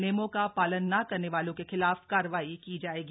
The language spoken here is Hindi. नियमों का पालन न करने वालों के खिलाफ कार्रवाई की जाएगी